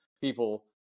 people